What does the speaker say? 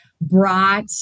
brought